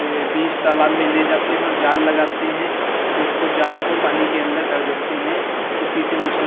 ये बीच तालाब में ले जाते हैं और जाल लगाते हैं फिर उसको जाल को पानी के अंदर कर देते हैं उसी से मछली